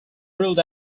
ruled